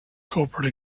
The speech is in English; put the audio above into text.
corporate